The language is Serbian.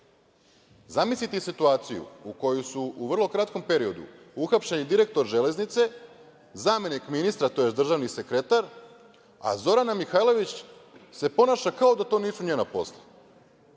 situaciju u kojoj su u vrlo kratkom periodu uhapšeni direktor „Železnice“, zamenik ministra, tj. državni sekretar, a Zorana Mihajlović se ponaša kao da to nisu njena posla